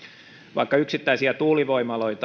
vaikka yksittäisiä tuulivoimaloita